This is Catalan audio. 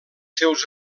seus